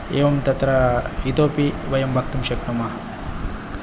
एवं तत्र इतोपि वयं वक्तुं शक्नुमः